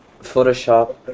Photoshop